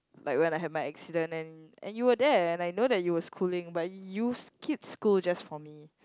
like when I have my accident and and you were there and I know that you were schooling but you skip school just for me